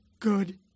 Good